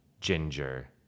ginger